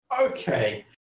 okay